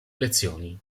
lezioni